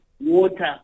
water